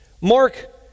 Mark